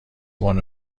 one